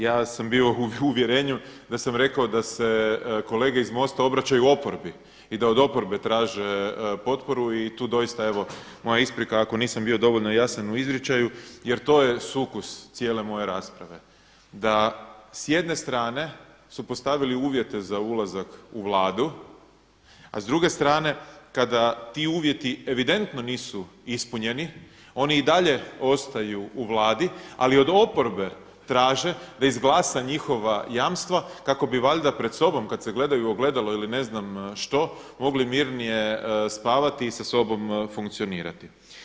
Ja sam bio u uvjerenju da sam rekao da se kolege iz MOST-a obraćaju oporbi i da od oporbe traže potporu i tu doista moja isprika ako nisam bio dovoljno jasan u izričaju jer to je sukus cijele moje rasprave, da s jedne strane su postavili uvjete za ulazak u Vladu, a s druge strane kada ti uvjeti evidentno nisu ispunjeni oni i dalje ostaju u Vladi, ali od oporbe traže da izglasa njihova jamstva kako bi valjda pred sobom kada se gledaju u ogledalo ili ne znam što mogli mirnije spavati i sa sobom funkcionirati.